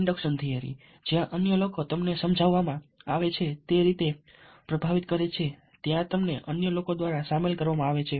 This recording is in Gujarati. ઇન્ડક્શન થિયરી જ્યાં અન્ય લોકો તમને સમજાવવામાં આવે તે રીતે પ્રભાવિત કરે છે ત્યાં તમને અન્ય લોકો દ્વારા સામેલ કરવામાં આવે છે